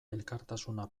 elkartasuna